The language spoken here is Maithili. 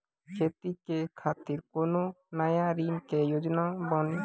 खेती के खातिर कोनो नया ऋण के योजना बानी?